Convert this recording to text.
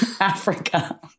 Africa